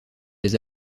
les